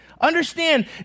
Understand